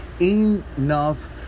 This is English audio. Enough